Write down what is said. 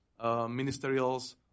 ministerials